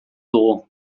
dugu